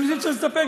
אני חושב שנסתפק.